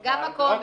גם מקום,